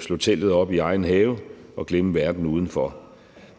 slå teltet op i egen have og glemme verden udenfor.